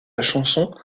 chanson